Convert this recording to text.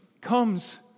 comes